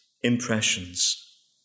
impressions